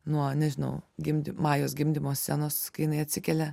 nuo nežinau gimdym majos gimdymo scenos kai jinai atsikelia